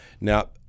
Now